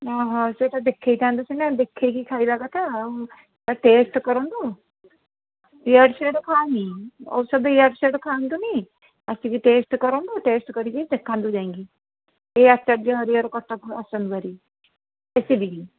ସେଇଟା ଦେଖାଇଥାନ୍ତ ସିନା ଦେଖାଇକି ଖାଇବା କଥା ଆଉ ଟେଷ୍ଟ କରନ୍ତୁ ଇଆଡ଼ୁ ସିଆଡ଼ୁ ଖାଅନି ଔଷଧ ଇଆଡ଼ୁ ସିଆଡ଼ୁ ଖାଆନ୍ତୁନି ଆସିକି ଟେଷ୍ଟ କରନ୍ତୁ ଟେଷ୍ଟ କରିକି ଦେଖାନ୍ତୁ ଯାଇକି ସେଇ ଆଚାର୍ଯ୍ୟ ହରିହର କଟକରୁ ଆସନ୍ତୁ ହେରି ଏସସିବିକି